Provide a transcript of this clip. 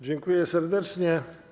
Dziękuję serdecznie.